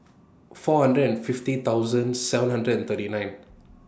four hundred fifty thousand seven hundred and thirty nine